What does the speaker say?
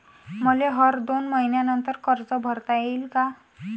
मले हर दोन मयीन्यानंतर कर्ज भरता येईन का?